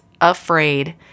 afraid